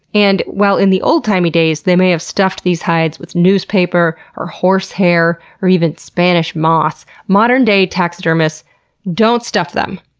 and while in the old timey days they may have stuffed these hides with newspaper, or horsehair, or even spanish moss, modern day taxidermists don't stuff them.